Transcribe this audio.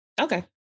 Okay